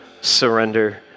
surrender